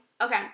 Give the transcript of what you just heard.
Okay